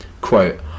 Quote